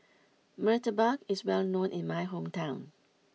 Murtabak is well known in my hometown